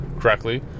correctly